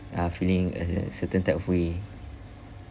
uh feeling a a certain type of way